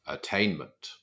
Attainment